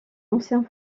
ancien